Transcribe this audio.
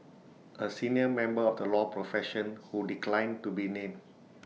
A senior member of the law profession who declined to be named